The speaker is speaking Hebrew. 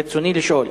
ברצוני לשאול: